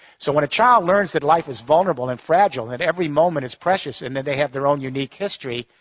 so when a child learns that life is vulnerable and fragile and that every moment is precious and that they have their own unique history,